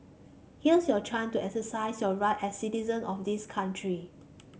here's your chance to exercise your right as citizen of this country